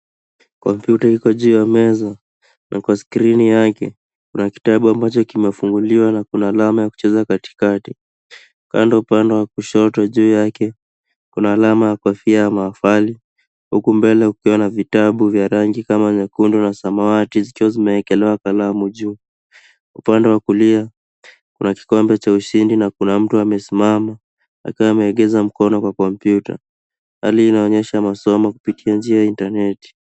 Kompyuta iko juu ya meza na kwa skrini yake kuna kitabu ambacho kimefunguliwa na kuna alama ya kucheza katikati. Kando kando kushoto juu yake kuna alama ya kofia ya mahafali huku mbele kukiwa na vitabu vya rangi kama nyekundu na samawati zikiwa zimewekelewa kalamu juu. Upande wa kulia kuna kikombe cha ushindi na kuna mtu amesimama akiwa ameekeza mkono kwa kompyuta. Hali inaonyesha masomo kupitia njia ya intaneti.